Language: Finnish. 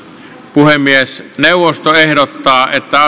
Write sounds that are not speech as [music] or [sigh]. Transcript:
puhemiesneuvosto ehdottaa että [unintelligible]